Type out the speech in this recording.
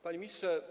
Panie Ministrze!